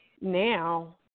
now